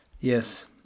yes